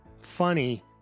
funny